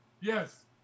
Yes